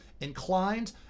inclined